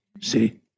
See